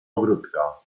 ogródka